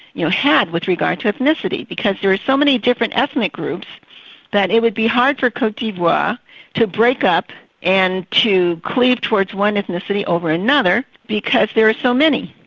you know had, with regard to ethnicity, because there are so many different ethnic groups that it would be hard for cote d'ivoire to break up and to cleave towards one ethnicity over another, because there are so many.